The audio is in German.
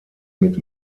mit